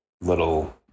little